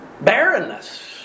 barrenness